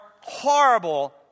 horrible